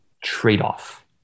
trade-off